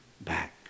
back